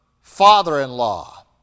father-in-law